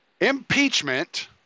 impeachment